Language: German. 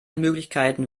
möglichkeiten